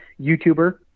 YouTuber